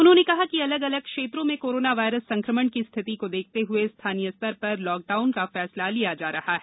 उन्होंने कहा कि अलग अलग क्षेत्रों में कोरोना वायरस संक्रमण की स्थिति को देखते हुए स्थानीय स्तर पर लॉकडाउन का फैसला लिया जा रहा है